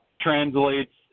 translates